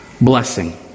blessing